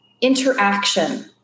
interaction